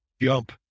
jump